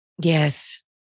Yes